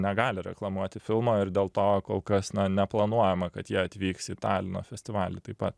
negali reklamuoti filmo ir dėl to kol kas neplanuojama kad jie atvyks į talino festivalį taip pat